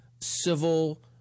civil